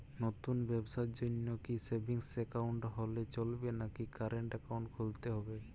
নতুন ব্যবসার জন্যে কি সেভিংস একাউন্ট হলে চলবে নাকি কারেন্ট একাউন্ট খুলতে হবে?